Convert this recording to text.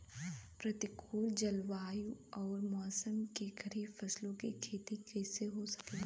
प्रतिकूल जलवायु अउर मौसम में खरीफ फसलों क खेती कइसे हो सकेला?